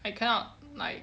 I cannot like